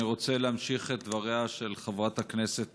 אני רוצה להמשיך את דבריה של חברת הכנסת